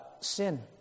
sin